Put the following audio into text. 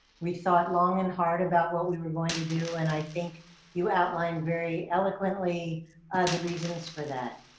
we thought long and hard about what we were going to do, and i think you outlined very eloquently the reasons for that.